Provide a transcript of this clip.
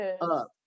up